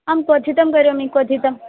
आं क्वथितं करोमि क्वथितम्